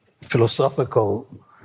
philosophical